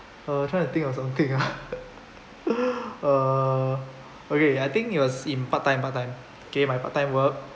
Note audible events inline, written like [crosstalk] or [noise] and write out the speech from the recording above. uh trying to think or something ah [laughs] uh okay I think it was in part time part time okay my part time work